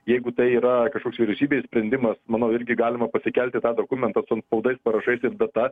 jeigu tai yra kažkoks vyriausybės sprendimas manau irgi galima pasikelti tą dokumentąsu antspaudais parašais ir data